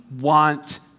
want